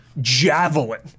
Javelin